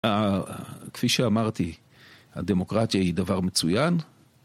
כפי שאמרתי, הדמוקרטיה היא דבר מצוין.